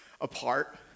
apart